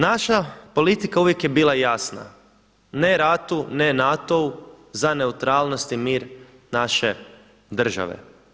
Naša politika uvijek je bila jasna, ne ratu, ne NATO-u za neutralnost i mir naše države.